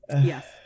Yes